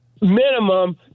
minimum